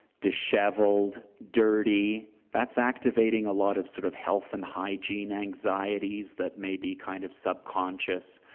disheveled, dirty, that's activating a lot of sort of health and hygiene anxieties that may be kind of subconscious.